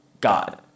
god